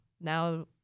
now